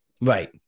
Right